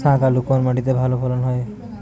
শাকালু কোন মাটিতে ভালো ফলন হয়?